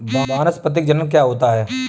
वानस्पतिक जनन क्या होता है?